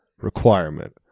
requirement